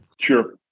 Sure